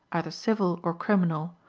either civil or criminal,